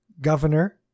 governor